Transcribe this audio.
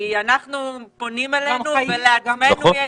גם כי פונים אלינו וגם כי לנו יש.